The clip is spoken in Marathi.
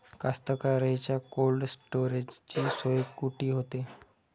कास्तकाराइच्या कोल्ड स्टोरेजची सोय कुटी होते?